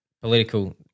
political